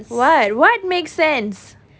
what what makes sense religious